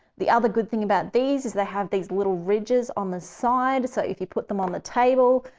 the other good thing about these is they have these little ridges on the side. so if you put them on the table,